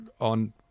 on